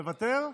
מוותר?